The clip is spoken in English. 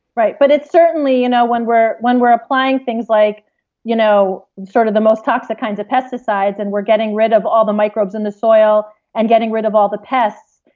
right, but it's certainly. you know when we're when we're applying things like you know sort of the most toxic kinds of pesticides and we're getting rid of all the microbes in the soil and getting rid of all the pests,